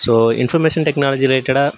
so information technology ரிலேட்டடாக